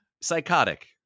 Psychotic